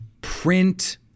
print